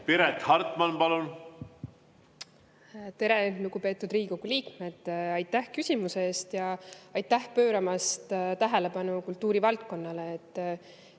Piret Hartman, palun! Tere, lugupeetud Riigikogu liikmed! Aitäh küsimuse eest ja aitäh pööramast tähelepanu kultuurivaldkonnale!